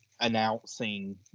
announcing